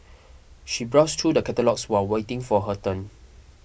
she browsed through the catalogues while waiting for her turn